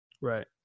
Right